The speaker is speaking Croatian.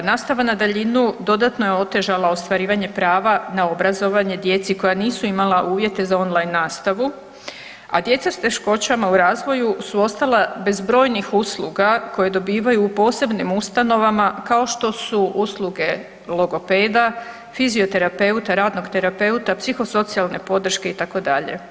Nastava na daljinu dodatno je otežala ostvarivanje prava na obrazovanje djeci koja nisu imala uvjete za on-line nastavu, a djeca s teškoćama u razvoju su ostala bez brojnih usluga koje dobivaju u posebnim ustanovama, kao što su usluge logopeda, fizioterapeuta, radnog terapeuta, psihosocijalne podrške itd.